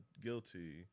guilty